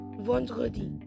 vendredi